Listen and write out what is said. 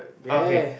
ya